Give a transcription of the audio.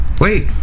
wait